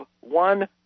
one